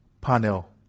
panel